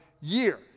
year